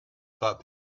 thought